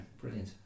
brilliant